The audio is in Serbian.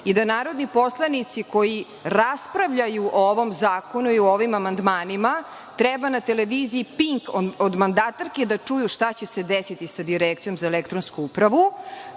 da narodni poslanici koji raspravljaju o ovom zakonu i ovim amandmanima treba na televiziji „Pink“ od mandatarke da čuju šta će se desiti sa Direkcijom za elektronsku upravu. To